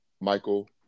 Michael